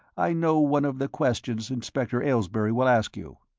i know one of the questions inspector aylesbury will ask you.